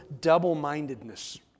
double-mindedness